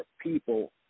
people